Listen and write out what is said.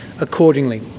accordingly